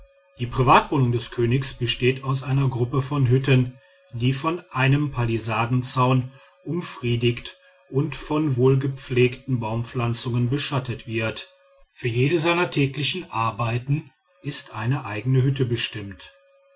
die privatwohnung des königs besteht aus einer gruppe von hütten die von einem palisadenzaun umfriedigt und von wohlgepflegten baumpflanzungen beschattet wird für jede seiner täglichen arbeiten ist eine eigne hütte bestimmt